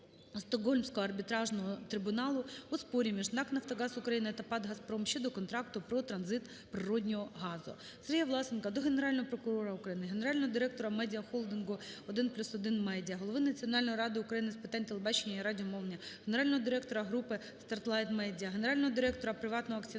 Стокгольмського арбітражного трибуналу у спорі між НАК "Нафтогаз України" та ПАТ "Газпром" щодо контракту про транзит природного газу. СергіяВласенка до Генерального прокурора України, Генерального директора медіахолдингу "1+1 медіа", голови Національної ради України з питань телебачення і радіомовлення, Генерального директора групи "StarLightMedia", Генерального директора приватного акціонерного